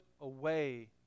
away